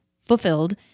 fulfilled